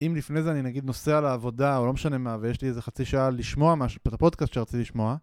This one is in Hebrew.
אם לפני זה אני נגיד נוסע לעבודה, או לא משנה מה, ויש לי איזה חצי שעה לשמוע משהו, את הפודקאסט שרציתי לשמוע,